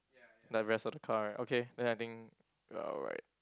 the rest of the car right okay then I think you're right